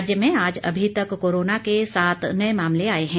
राज्य में आज अभी तक कोरोना के सात नए मामले आए हैं